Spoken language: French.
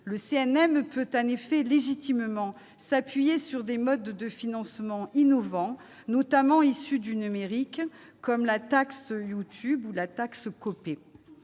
Le CNM peut en effet légitimement s'appuyer sur des modes de financement innovants, notamment issus du numérique, comme la taxe YouTube ou la taxe Copé.